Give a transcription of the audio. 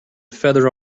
feather